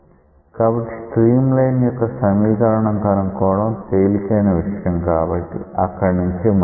కాబట్టి streamline యొక్క సమీకరణం కనుక్కోవడం తేలికైన విషయం కాబట్టి అక్కడినుండి మొదలుపెడదాం